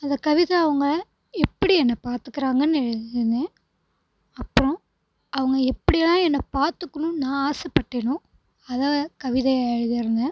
அதை கவிதா அவங்க எப்படி என்ன பார்த்துக்குறாங்கனு எழுதினேன் அப்புறம் அவங்க எப்படியெல்லாம் என்ன பார்த்துக்கணும் நான் ஆசைப்பட்டேனோ அதை கவிதையாக எழுதி இருந்தேன்